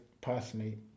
personally